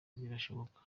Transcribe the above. birashoboka